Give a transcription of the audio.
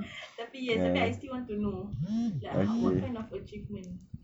tapi yes I still want to know like what kind of achievement